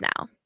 now